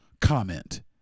comment